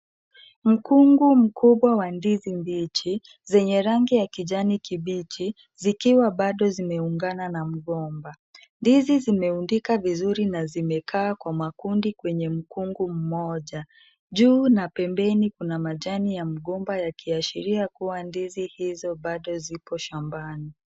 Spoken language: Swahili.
Mkungu mkubwa wa ndizi mbichi zenye rangi ya kijani kibichi zikiwa bado zimeungana na mgomba. Ndizi zimeundika vizuri na zimekaa kwa makundi kwenye mkungu mmoja. Juu na pembeni kuna majani ya mgomba yakiashiria kuwa ndizi hizo bado zipo shambani.